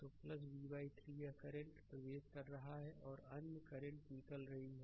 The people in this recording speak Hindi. तो v 3 यह करंट प्रवेश कर रहा है और अन्यकरंट निकल रही हैं